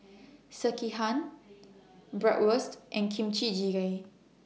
Sekihan Bratwurst and Kimchi Jigae